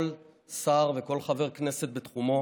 כל שר וכל חבר כנסת בתחומו.